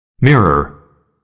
mirror